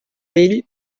vell